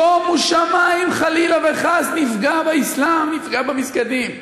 שומו שמים, חלילה וחס שנפגע באסלאם, נפגע במסגדים.